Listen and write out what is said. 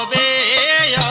a